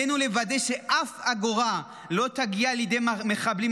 עלינו לוודא שאף אגורה לא תגיע לידי מחבלים